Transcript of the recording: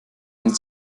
einen